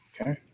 Okay